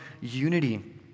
unity